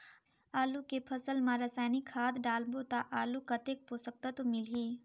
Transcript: आलू के फसल मा रसायनिक खाद डालबो ता आलू कतेक पोषक तत्व मिलही?